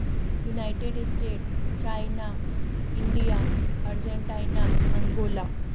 united state China India Argentina Angola